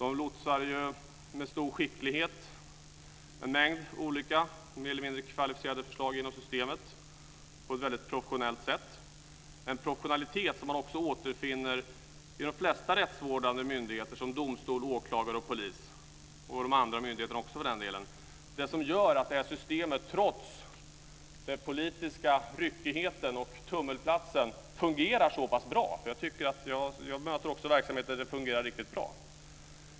Det lotsar med stor skicklighet en mängd olika mer eller mindre kvalificerade förslag genom systemet på ett väldigt professionellt sätt. Det är en professionalitet som man också återfinner i de flesta rättsvårdande myndigheter som domstol, åklagare och polis, och också hos de andra myndigheterna för den delen. Det gör att systemet trots den politiska ryckigheten och tummelplatsen fungerar så pass bra. Jag möter också verksamheter som fungerar riktigt bra.